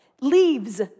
leaves